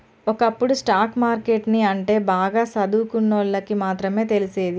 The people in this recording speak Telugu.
ఒకప్పుడు స్టాక్ మార్కెట్ ని అంటే బాగా సదువుకున్నోల్లకి మాత్రమే తెలిసేది